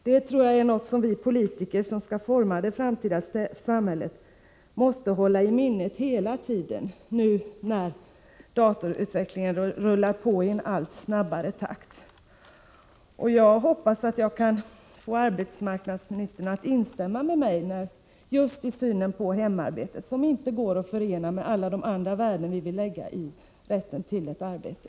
Detta är något som vi politiker måste hålla i minnet hela tiden, nu när datautvecklingen rullar på i allt snabbare takt. Jag hoppas att jag kan få arbetsmarknadsministern att instämma just i min syn på hemarbetet, som inte går att förena med alla andra värden som vi vill lägga i rätten till ett arbete.